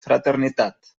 fraternitat